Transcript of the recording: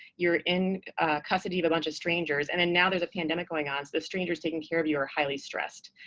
you're in custody with a bunch of strangers. and then now, there's a pandemic going on. so the strangers taking care of you are highly stressed.